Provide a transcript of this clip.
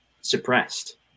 suppressed